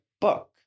book